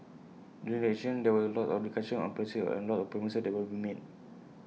during elections there will lots of discussion on policies and lots of promises that will be made